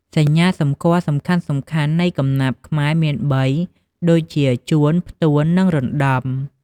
សញ្ញាសម្គាល់សំខាន់ៗនៃកំណាព្យខ្មែរមានបី ដូចជា ជួន ផ្ទួន និង រណ្តំ។